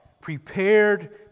prepared